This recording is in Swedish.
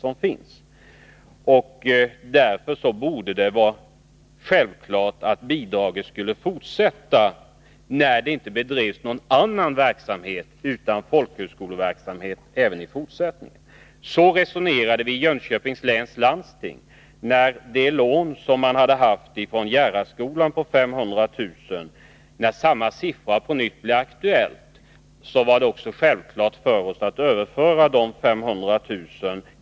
Eftersom det efter huvudmannaskiftet inte bedrivs någon annan verksamhet där än folkhögskoleverksamhet borde det vara helt självklart att bidraget skall utgå även i fortsättningen. Så resonerade vi i Jönköpings läns landsting när det gällde det lån på 500 000 kr. som man haft till Järaskolan. När samma siffra på nytt blev aktuell var det självklart för oss att överföra dessa 500 000 kr.